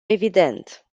evident